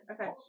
Okay